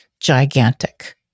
gigantic